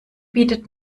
bietet